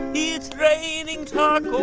it's raining tacos